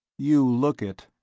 you look it,